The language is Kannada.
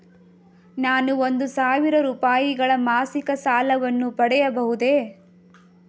ನಾನು ಒಂದು ಸಾವಿರ ರೂಪಾಯಿಗಳ ಮಾಸಿಕ ಸಾಲವನ್ನು ಪಡೆಯಬಹುದೇ?